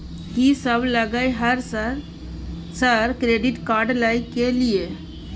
कि सब लगय हय सर क्रेडिट कार्ड लय के लिए?